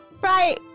Right